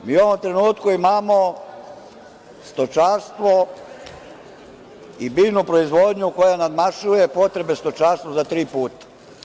Mi u ovom trenutku imamo stočarstvo i biljnu proizvodnju koja nadmašuje potrebe stočarstva za tri puta.